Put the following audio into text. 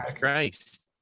Christ